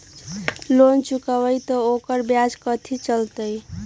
Loan चुकबई त ओकर ब्याज कथि चलतई?